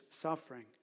suffering